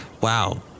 Wow